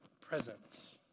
Presence